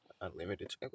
Unlimited